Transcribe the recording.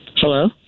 Hello